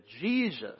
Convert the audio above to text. Jesus